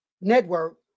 network